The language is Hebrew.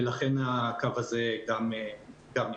ולכן הקו הזה נפתח.